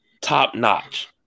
top-notch